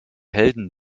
helden